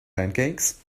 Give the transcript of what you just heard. pancakes